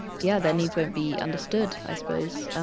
yeah, their needs won't be understood i suppose,